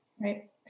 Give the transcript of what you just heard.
Right